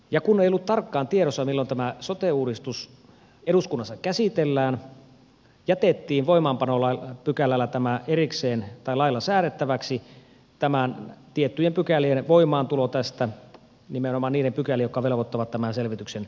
ja kun ei ollut tarkkaan tiedossa milloin tämä sote uudistus eduskunnassa käsitellään jätettiin voimaapanopykälällä lailla säädettäväksi tiettyjen pykälien voimaantulo tästä nimenomaan niiden pykälien jotka velvoittavat tämän selvityksen tekemään